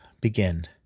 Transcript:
begin